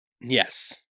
Yes